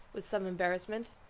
with some embarrassment,